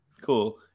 Cool